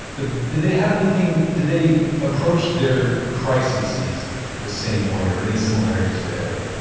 but did they have anything, did they approach their crisis's the same way, or any similarities there?